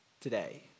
today